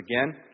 again